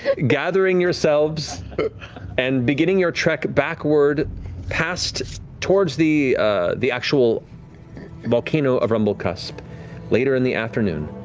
gathering yourselves and beginning your trek backward past towards the the actual volcano of rumblecusp later in the afternoon,